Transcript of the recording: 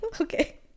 Okay